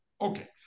Okay